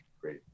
great